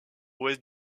ouest